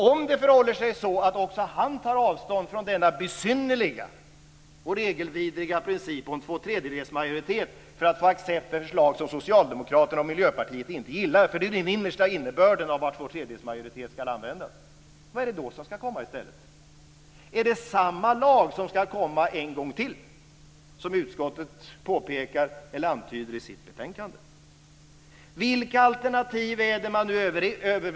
Om det förhåller sig så att också han tar avstånd från denna besynnerliga och regelvidriga princip om tvåtredjedelsmajoritet för att få accept för förslag som Socialdemokraterna och Miljöpartiet inte gillar - det är den innersta innebörden av användningen av tvåtredjedelsmajoritet - undrar jag vad som ska komma i stället. Är det samma lag som ska komma en gång till, som utskottet antyder i sitt betänkande? Vilka alternativ är det man överväger?